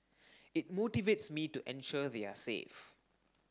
it motivates me to ensure they are safe